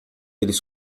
eles